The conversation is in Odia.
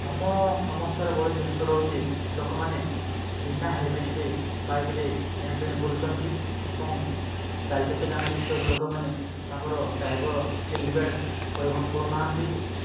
ଭ୍ରମ ସମସ୍ୟାର ଭଳି ଜିନିଷ ରହୁଛି ଲୋକମାନେ ବିନା ହେଲମେଟ୍ ରେ ବାଇକ୍ ରେ ଏଣେତେଣେ ବୁଲୁଛନ୍ତି ଏବଂ ଚାରି ଚକିଆ ଯାନ ବିଶିଷ୍ଟ ଲୋକ ମାନେ ତାଙ୍କର ଡ୍ରାଇଭର୍ ସିଟବେଲ୍ଟ ପରିବହନ କରୁନାହାଁନ୍ତି